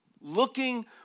looking